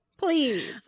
Please